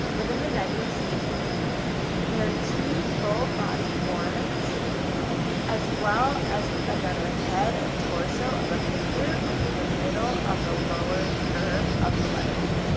within the negative space of the b there are two full body forms as well as another head and torso of a figure within the middle of the lower curve of of the letter b.